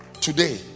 Today